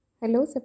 Hello